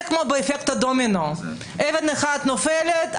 זה כמו באפקט הדומינו אבן אחת נופלת,